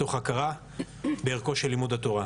תוך הכרה בערכו של לימוד התורה.